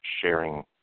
sharing